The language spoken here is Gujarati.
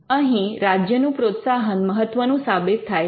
અહીં રાજ્યનું પ્રોત્સાહન મહત્વનું સાબિત થાય છે